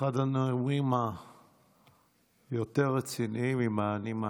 אחד הנאומים היותר-רציניים עם "אני מאשים".